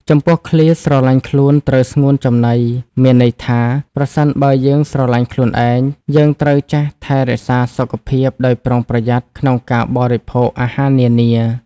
ចំពោះឃ្លា ស្រឡាញ់ខ្លួន ត្រូវស្ងួនចំណី មានន័យថា ប្រសិនបើយើងស្រឡាញ់ខ្លួនឯង យើងត្រូវចេះថែរក្សាសុខភាពដោយប្រុងប្រយ័ត្នក្នុងការបរិភោគអាហារនានា។